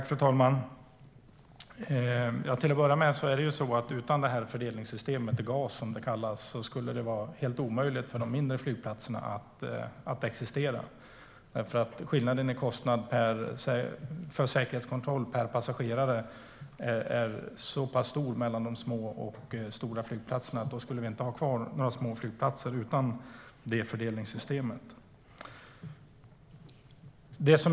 Fru talman! Utan det här fördelningssystemet - GAS, som det kallas - skulle det vara helt omöjligt för de mindre flygplatserna att existera. Skillnaden i kostnad för säkerhetskontroll per passagerare är så pass stor mellan de små och stora flygplatserna att vi inte skulle ha kvar några små flygplatser utan det fördelningssystemet.